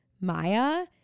Maya